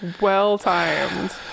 well-timed